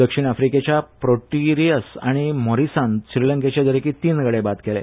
दक्षिण अफ्रीकेच्या प्रेटोरियस आनी मोरीसान श्रीलंकेचे दरेकी तीन गडे बाद केले